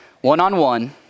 One-on-one